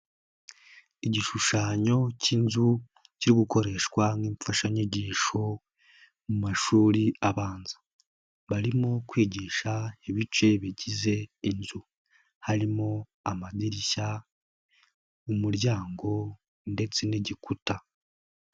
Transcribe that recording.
Igishushanyo k'inzu kiri gukoreshwa nk'imfashanyigisho mu mashuri abanza, barimo kwigisha ibice bigize inzu harimo amadirishya, umuryango ndetse n'igikuta.